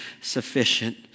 sufficient